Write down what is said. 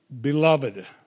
beloved